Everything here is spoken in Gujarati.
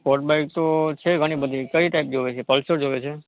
સ્પોર્ટ બાઇક તો છે ઘણીબધી કઈ ટાઇપ જોઇએ છે પલ્સર જોઇએ છે